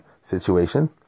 situation